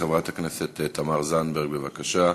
חברת הכנסת תמר זנדברג, בבקשה.